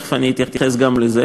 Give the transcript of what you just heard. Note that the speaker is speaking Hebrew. ותכף אני אתייחס גם לזה,